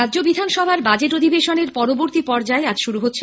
রাজ্য বিধানসভার বাজেট অধিবেশনের পরবর্তী পর্যায় আজ শুরু হচ্ছে